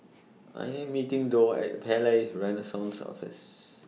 I Am meeting Dorr At Palais Renaissance Office